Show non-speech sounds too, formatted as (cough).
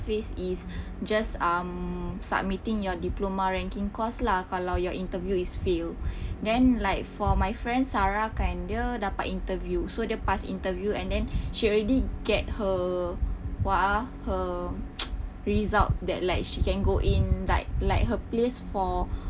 phase is just um submitting your diploma ranking course lah kalau your interview is fail then like for my friend sarah kan dia dapat interview so dia pass interview and then she already get her what ah her (noise) results that like she can go in like like her place for